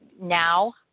now